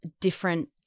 different